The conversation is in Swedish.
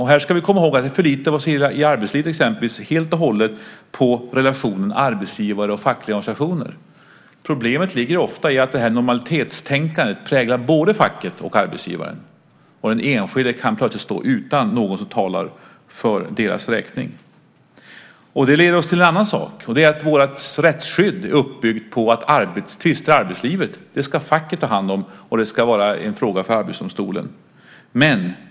Vi ska komma ihåg att vi i arbetslivet förlitar oss helt och hållet på relationen arbetsgivare och fackliga organisationer. Problemet ligger ofta i att normalitetstänkandet präglar både facket och arbetsgivaren. De enskilda kan plötsligt stå utan någon som talar för deras räkning. Det leder oss till en annan sak. Det är att vårt rättsskydd är uppbyggt på att tvister i arbetslivet ska facket ta hand om, och det ska vara en fråga för Arbetsdomstolen.